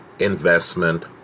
investment